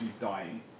dying